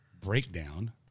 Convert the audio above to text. Breakdown